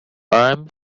arms